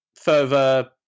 further